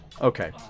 Okay